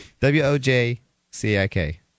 W-O-J-C-I-K